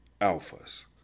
alphas